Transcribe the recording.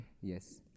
Yes